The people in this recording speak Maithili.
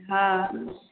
हँ